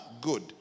good